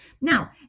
Now